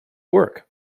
work